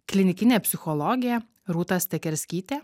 klinikinė psichologė rūta sketerskytė